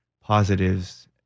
positives